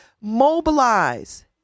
Mobilize